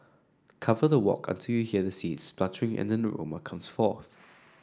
cover the wok until you hear the seeds and an aroma comes forth